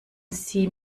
sie